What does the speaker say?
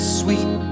sweet